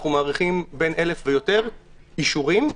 אנחנו מעריכים בין 1,000 ויותר סוגים של אישורים,